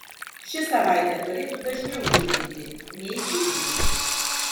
ši savaitė turėtų dažniau džiuginti nei liūdinti